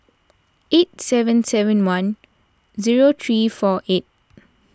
eight seven seven one zero three four eight